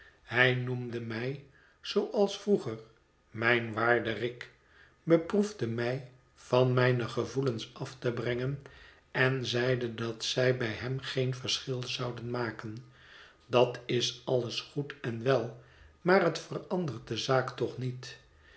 hij noemde mij zooals vroeger mijn waarde rick beproefde mij van mijne gevoelens af te brengen en zeide dat zij bij hem geen verschil zouden maken dat is alles goed en wel maar het verandert de zaak toch niet